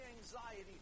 anxiety